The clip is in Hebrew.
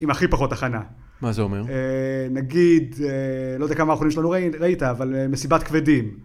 עם הכי פחות הכנה. מה זה אומר? נגיד, לא יודע כמה מערכונים שלנו ראית, אבל מסיבת כבדים.